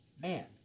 man